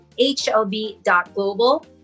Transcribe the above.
hlb.global